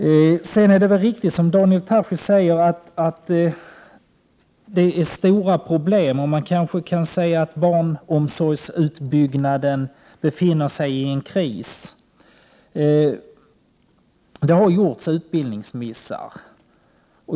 Det är väl riktigt som Daniel Tarschys säger, att det finns stora problem. Och man kanske kan säga att barnomsorgsutbyggnaden befinner sig i en kris. Det har gjorts utbildningsmissar.